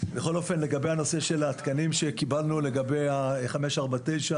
לגבי הנושא של התקנים שקיבלנו לגבי 549,